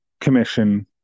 Commission